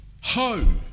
ho